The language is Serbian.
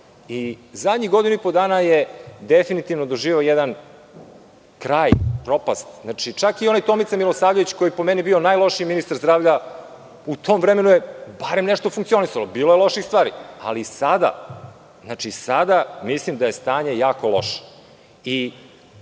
i zadnjih godinu i po dana je definitivno doživeo jedan kraj, propast. Čak i onaj Tomica Milosavljević, koji je po meni bio najlošiji ministar zdravlja, u tom vremenu je barem nešto funkcionisalo. Bilo je loših stvari, ali sada mislim da je stanje jako loše.